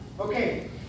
Okay